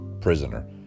prisoner